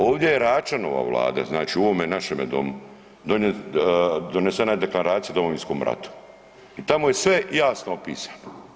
Ovdje je Račanova Vlada znači u ovome našem domu donesena je Deklaracija o Domovinskom ratu i tamo je sve jasno opisano.